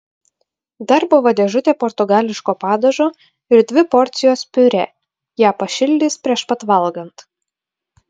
dar buvo dėžutė portugališko padažo ir dvi porcijos piurė ją pašildys prieš pat valgant